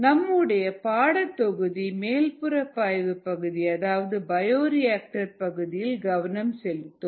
நம்முடைய பாட தொகுதி மேல்புற பாய்வு பகுதி அதாவது பயோரியாக்டர் பகுதியில் கவனம் செலுத்தும்